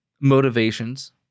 motivations